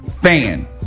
Fan